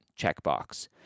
checkbox